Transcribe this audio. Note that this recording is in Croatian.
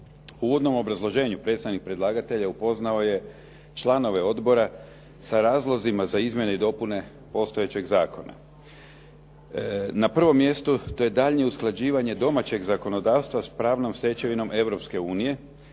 uvodnom obrazloženju predstavnik predlagatelja upoznao je članove odbora sa razlozima za izmjene i dopune postojećeg zakona. Na prvom mjestu, to je daljnje usklađivanje domaćeg zakonodavstva s pravnom stečevinom